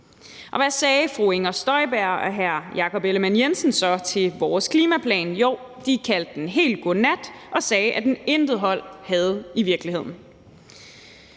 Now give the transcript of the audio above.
Hvad sagde fru Inger Støjberg og hr. Jakob Ellemann-Jensen så til vores klimaplan? Jo, de kaldte den helt godnat og sagde, at den intet hold havde i virkeligheden.